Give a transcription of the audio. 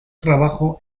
trabajo